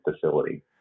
facility